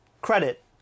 credit